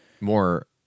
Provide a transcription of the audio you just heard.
more